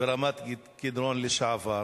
ומרמת-קדרון לשעבר,